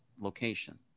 location